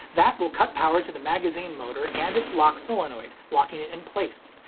that will cut power to the magazine motor and its lock solenoid, locking it in place.